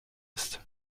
ist